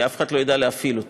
כי אף אחד לא יודע להפעיל אותו.